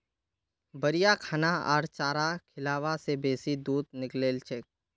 बढ़िया खाना आर चारा खिलाबा से बेसी दूध निकलछेक